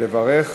לברך